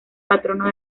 patrono